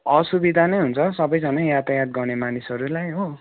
असुविधा नै हुन्छ सबैजना यातायात गर्ने मानिसहरूलाई हो